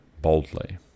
Boldly